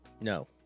No